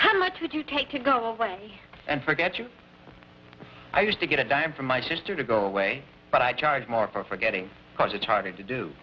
how much would you take to go away and forget you i used to get a dime from my sister to go away but i charge more for forgetting because it's hard to do